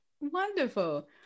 Wonderful